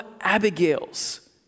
Abigails